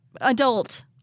adult